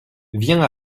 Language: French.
viens